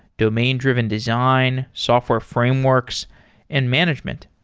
domain-driven design, software frameworks and management.